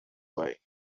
way